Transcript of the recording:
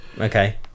Okay